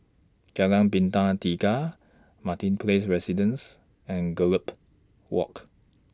Jalan Bintang Tiga Martin Place Residences and Gallop Walk